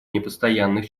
непостоянных